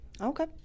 Okay